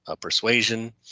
persuasion